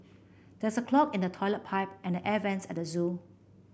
there is a clog in the toilet pipe and the air vents at the zoo